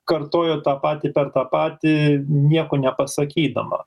kartojo tą patį per tą patį nieko nepasakydama